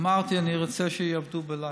אמרתי: אני רוצה שיעבדו בלילה.